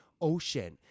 ocean